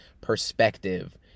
perspective